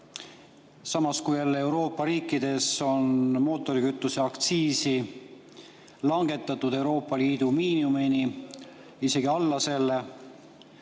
Samas kui Euroopa riikides on mootorikütuse aktsiisi langetatud Euroopa Liidu miinimumini, isegi alla selle,